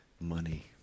money